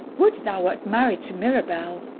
would thou wert married to mirabell.